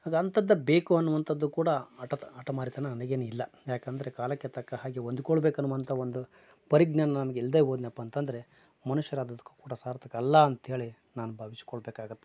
ಆಗ ಅಂಥದ್ದು ಬೇಕು ಅನ್ನುವಂಥದ್ದು ಕೂಡ ಅಟ ಹಠಮಾರಿತನ ನನಿಗೇನಿಲ್ಲ ಯಾಕಂದರೆ ಕಾಲಕ್ಕೆ ತಕ್ಕ ಹಾಗೆ ಹೊಂದ್ಕೊಳ್ಬೇಕನ್ನುವಂಥ ಒಂದು ಪರಿಜ್ಞಾನ ನಮಗಿಲ್ದೇ ಹೋದ್ನ್ಯಪ್ಪ ಅಂತಂದರೆ ಮನುಷ್ಯರಾದದಕ್ಕೂ ಕೂಡ ಸಾರ್ಥಕ ಅಲ್ಲ ಅಂತೇಳಿ ನಾನು ಭಾವಿಸ್ಕೊಳ್ಬೇಕಾಗತ್ತೆ